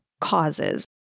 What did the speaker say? causes